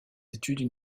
études